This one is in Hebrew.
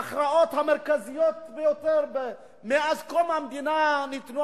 ההכרעות המרכזיות ביותר מאז קום המדינה ניתנו,